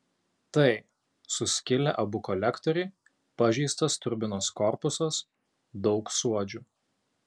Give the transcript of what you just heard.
tai suskilę abu kolektoriai pažeistas turbinos korpusas daug suodžių